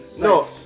No